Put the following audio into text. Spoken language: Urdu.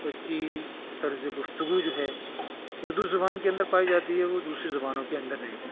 اتنی طرز گفتگو جو ہے اردو زبان کے اندر پائی جاتی ہے وہ دوسری زبانوں کے اندر نہیں ہے